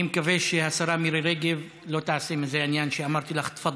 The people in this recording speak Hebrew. אני מקווה שהשרה מירי רגב לא תעשה עניין מזה שאמרתי לך תפדלי.